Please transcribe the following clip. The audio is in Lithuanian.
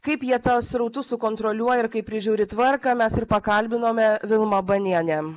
kaip jie tuos srautus sukontroliuoja ir kaip prižiūri tvarką mes ir pakalbinome vilmą banienę